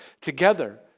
together